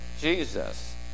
Jesus